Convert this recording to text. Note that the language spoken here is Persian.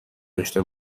داشته